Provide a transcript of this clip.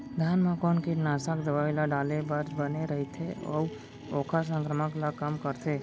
धान म कोन कीटनाशक दवई ल डाले बर बने रइथे, अऊ ओखर संक्रमण ल कम करथें?